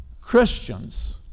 Christians